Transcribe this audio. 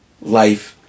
Life